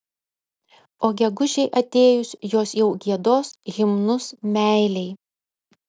o gegužei atėjus jos jau giedos himnus meilei